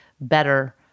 better